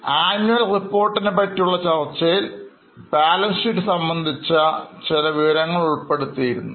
annual റിപ്പോർട്ടിനെപ്പറ്റി ഉള്ള ചർച്ചയിൽബാലൻസ്ഷീറ്റ് സംബന്ധിച്ച് ചില വിവരങ്ങൾ ഉൾപ്പെടുത്തിയിരുന്നു